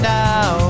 now